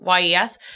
YES